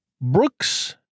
Brooks